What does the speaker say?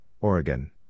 Oregon